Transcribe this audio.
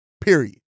period